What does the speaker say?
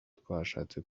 twashatse